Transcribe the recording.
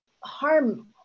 harm